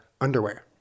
underwear